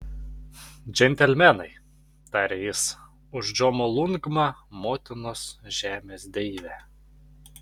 džentelmenai tarė jis už džomolungmą motinos žemės deivę